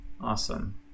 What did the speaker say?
awesome